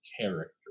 character